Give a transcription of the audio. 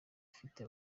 ifite